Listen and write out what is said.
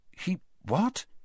He—what